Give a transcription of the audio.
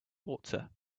water